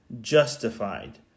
Justified